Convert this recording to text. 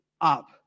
up